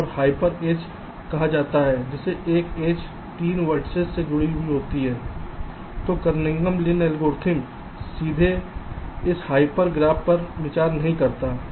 इसे hyper edge कहा जाता है जिसमें 1एज 3 वर्तिसेस से जुड़ी हुई हो तो कार्निगन लिन एल्गोरिथ्म सीधे इस हाइपर ग्राफ पर विचार नहीं करता है